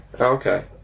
Okay